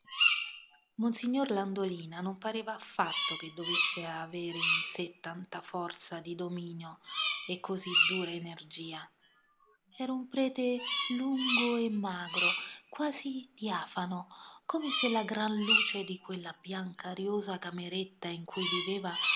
monsignor landolina non pareva affatto che dovesse avere in sé tanta forza di dominio e così dura energia era un prete lungo e magro quasi diafano come se la gran luce di quella bianca ariosa cameretta in cui viveva